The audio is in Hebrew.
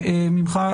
וממך,